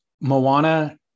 Moana